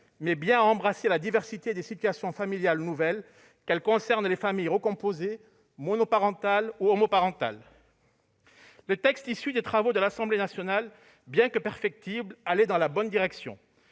mais bien à embrasser la diversité des situations familiales nouvelles, qu'elle concerne les familles recomposées, monoparentales, ou homoparentales. Le texte issu des travaux de l'Assemblée nationale, bien que perfectible, allait dans la bonne direction.